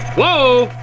whoa,